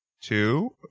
two